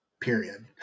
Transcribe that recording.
period